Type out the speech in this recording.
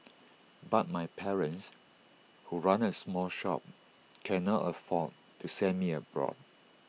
but my parents who run A small shop cannot afford to send me abroad